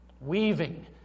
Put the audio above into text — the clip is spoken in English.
weaving